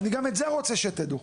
גם את זה אני רוצה שתדעו,